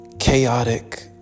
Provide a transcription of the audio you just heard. chaotic